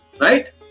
right